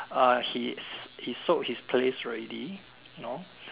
ah he he sold his place already know